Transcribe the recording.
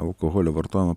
alkoholio vartojimą